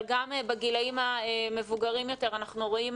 אבל גם בגילאים המבוגרים יותר אנחנו רואים